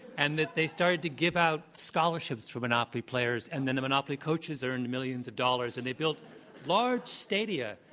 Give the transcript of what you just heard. and that they started to give out scholarships for monopoly players and then the monopoly coaches earned millions of dollars and they built large stadia,